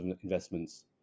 investments